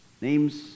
Names